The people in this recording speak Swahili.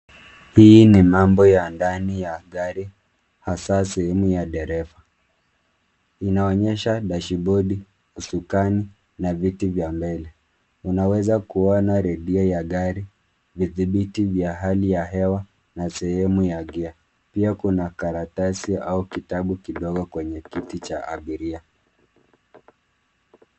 Hii ni mambo ya ndani ya gari hasa sehemu ya dereva. Inaonyesha dashibodi, usukani na viti vya mbele. Unaweza kuona redio ya gari, vidhibiti vya hali ya hewa na sehemu ya gia. Pia kuna karatasi au kitabu kidogo kwenye kiti cha abiria.